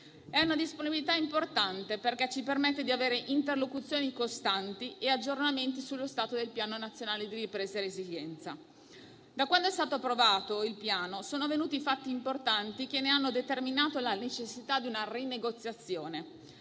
È una disponibilità importante, perché ci permette di avere interlocuzioni costanti e aggiornamenti sullo stato del Piano nazionale di ripresa e resilienza. Da quando il Piano è stato approvato sono avvenuti fatti importanti che hanno determinato la necessità di una sua rinegoziazione